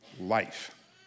life